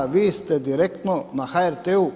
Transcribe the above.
Vi ste direktno na HRT-u.